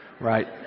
Right